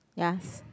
yes